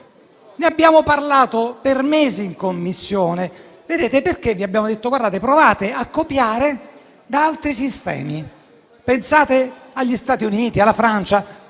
Ne abbiamo parlato per mesi in Commissione. Perché vi abbiamo detto di provare a copiare da altri sistemi, di pensare agli Stati Uniti o alla Francia?